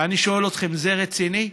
ואני שואל אתכם, זה רציני?